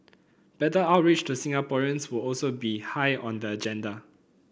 better outreach to Singaporeans would also be high on the agenda